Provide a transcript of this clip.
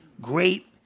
great